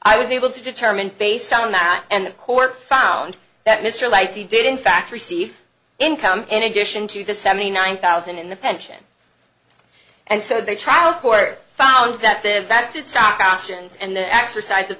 i was able to determine based on that and the court found that mr lighty did in fact receive income in addition to the seventy nine thousand in the pension and so their trial court found that divestiture stock options and the exercise of